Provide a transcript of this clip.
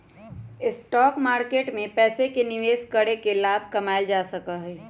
stock market में पैसे के निवेश करके लाभ कमावल जा सका हई